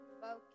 Focus